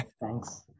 thanks